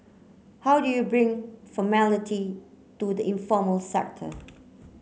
how do you bring formality to the informal sector